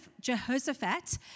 Jehoshaphat